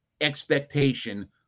expectation